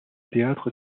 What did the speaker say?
théâtre